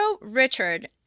Richard